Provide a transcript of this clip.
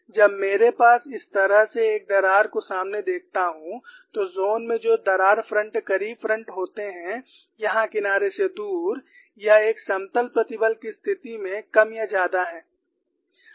जब मेरे पास इस तरह से एक दरार को सामने से देखता हूँ तो ज़ोन में जो दरार फ्रंट करीब फ्रंट होते हैं यहां किनारों से दूर यह एक समतल प्रतिबल की स्थिति में कम या ज्यादा है